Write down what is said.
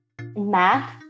math